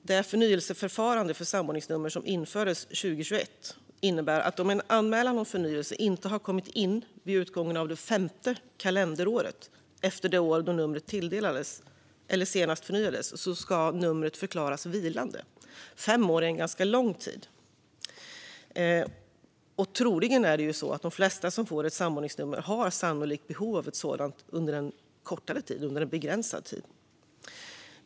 Det förnyelseförfarande för samordningsnummer som infördes 2021 innebär att om anmälan om förnyelse inte har kommit in vid utgången av det femte kalenderåret efter det år då numret tilldelades eller senast förnyades ska numret förklaras vilande. Vi menar att fem år är en lång tid. Troligen har de flesta som får ett samordningsnummer ett behov av ett sådant nummer under en begränsad tid.